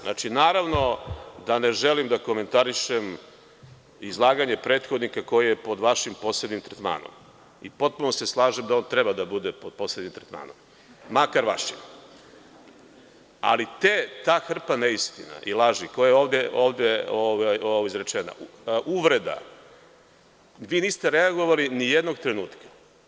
Znači, naravno da ne želim da komentarišem izlaganje prethodnika koji je pod vašim posebnim tretmanom i potpuno se slažem da on treba da bude pod posebnim tretmanom, makar vašim, ali ta hrpa neistina i laži, koje su ovde izrečene, uvreda, vi niste reagovali nijednog trenutka.